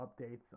updates